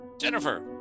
Jennifer